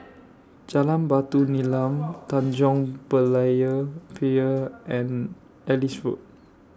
Jalan Batu Nilam Tanjong Berlayer Pier and Ellis Road